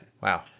Wow